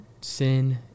Sin